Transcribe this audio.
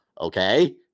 okay